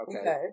Okay